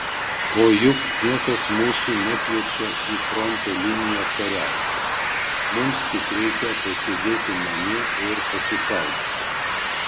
o juk niekas mūsų nekviečia į fronto liniją kariauti mums tik reikia pasėdėti namie ir pasisaugoti